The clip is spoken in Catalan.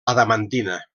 adamantina